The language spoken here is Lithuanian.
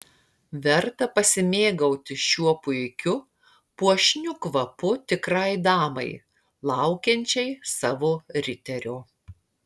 verta pasimėgauti šiuo puikiu puošniu kvapu tikrai damai laukiančiai savo riterio